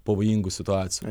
pavojingų situacijų